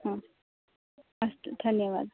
आम् अस्तु धन्यवादः